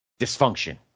dysfunction